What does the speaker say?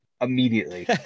immediately